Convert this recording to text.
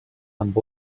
amb